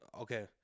okay